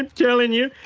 and telling you,